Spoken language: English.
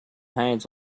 hands